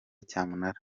cyamunara